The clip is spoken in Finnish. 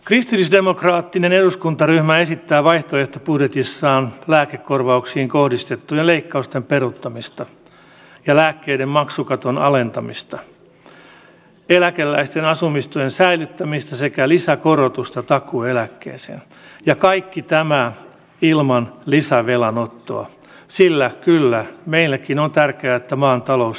kristillisdemokraattinen eduskuntaryhmä esittää vaihtoehtobudjetissaan lääkekorvauksiin kohdistettujen leikkausten peruuttamista ja lääkkeiden maksukaton alentamista eläkeläisten asumistuen säilyttämistä sekä lisäkorotusta takuueläkkeeseen ja kaiken tämän ilman lisävelan ottoa sillä kyllä meillekin on tärkeää että maan talous laitetaan kuntoon